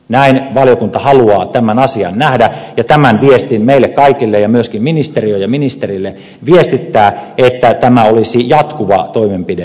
näin valiokunta haluaa tämän asian nähdä ja tämän viestin meille kaikille ja myöskin ministeriöön ja ministerille viestittää että tämä olisi jatkuva toimenpide meillä